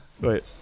Wait